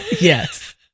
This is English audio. Yes